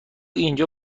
اینجا